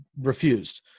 refused